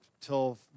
till